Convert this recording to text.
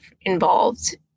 involved